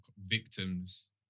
victims